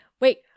Wait